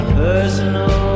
personal